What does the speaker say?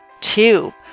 Two